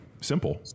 simple